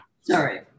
Sorry